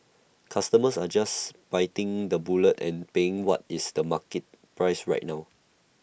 customers are just biting the bullet and paying what is the market price right now